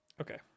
Okay